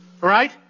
Right